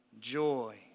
joy